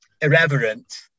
irreverent